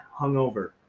hungover